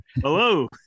Hello